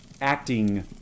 acting